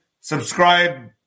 Subscribe